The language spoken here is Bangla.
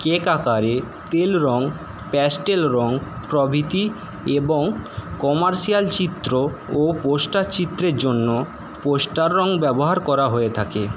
কেক আকারে তেল রং প্যাস্টেল রং প্রভৃতি এবং কমার্শিয়াল চিত্র ও পোস্টার চিত্রের জন্য পোস্টার রং ব্যবহার করা হয়ে থাকে